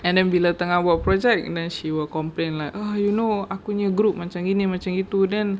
and then bila tengah buat project then she will complain like uh you know akunya group macam gini macam gitu then